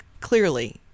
clearly